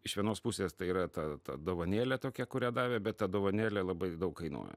iš vienos pusės tai yra ta ta dovanėlė tokia kurią davė bet ta dovanėlė labai daug kainuoja